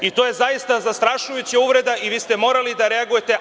To je zaista zastrašujuća uvreda i vi ste morali da reagujete.